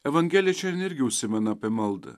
evangelija šiandien irgi užsimena apie maldą